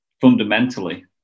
fundamentally